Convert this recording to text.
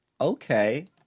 okay